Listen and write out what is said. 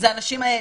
זה האנשים האלה,